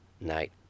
night